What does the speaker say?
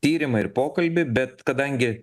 tyrimą ir pokalbį bet kadangi